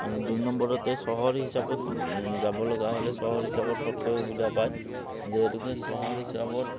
আৰু দুই নম্বৰতে চহৰ হিচাপত যাব লগা হ'লে চহৰ হিচাপত ফতকৈ সুবিধা পায় যিহেতুকে চহৰ হিচাপত